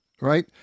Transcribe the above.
right